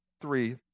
three